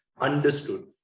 understood